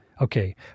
Okay